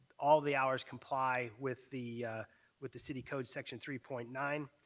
all the hours comply with the with the city code section three point nine.